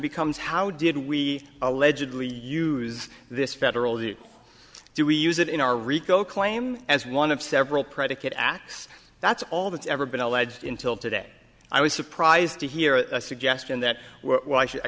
becomes how did we allegedly use this federal the do we use it in our rico claim as one of several predicate acts that's all that's ever been alleged in till today i was surprised to hear the suggestion that why should i